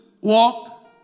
walk